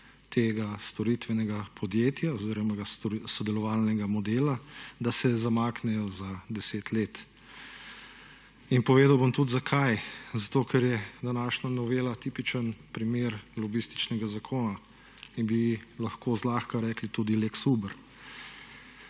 tega storitvenega podjetja oziroma sodelovalnega modela, da se zamaknejo za 10 let. In povedal bom tudi zakaj. Zato, ker je današnja novela tipičen primer logističnega zakona in bi lahko zlahka rekli lex Uber.